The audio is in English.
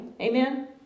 amen